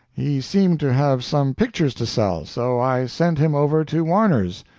he seemed to have some pictures to sell, so i sent him over to warner's.